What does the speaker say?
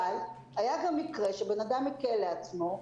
אבל היה גם מקרה שבן אדם הקל על עצמו,